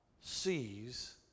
sees